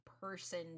person